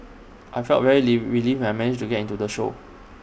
I felt very live relieved when I managed to get into the show